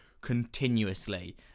continuously